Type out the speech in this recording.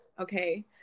Okay